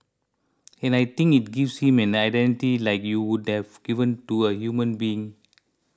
and I think it gives him an identity like you would have given to a human being